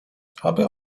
aby